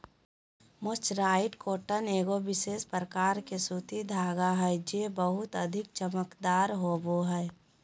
mercerised cotton एगो विशेष प्रकार के सूती धागा हय जे बहुते अधिक चमकदार होवो हय